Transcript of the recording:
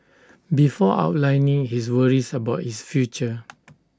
before outlining his worries about his future